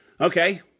Okay